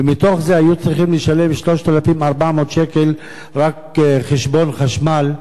ומתוך זה היו צריכים לשלם 3,400 שקל רק חשבון חשמל,